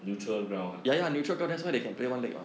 neutral ground ah